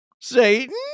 Satan